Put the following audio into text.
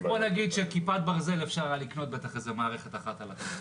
בוא נגיד שאפשר היה לקנות איזו מערכת אחת של כיפת ברזל על החשבון.